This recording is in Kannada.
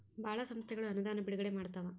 ಭಾಳ ಸಂಸ್ಥೆಗಳು ಅನುದಾನ ಬಿಡುಗಡೆ ಮಾಡ್ತವ